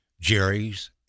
Jerry's